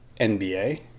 NBA